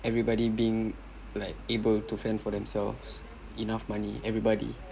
everybody being like able to fend for themselves enough money everybody